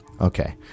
Okay